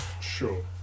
Sure